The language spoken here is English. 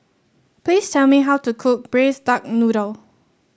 please tell me how to cook Braised Duck Noodle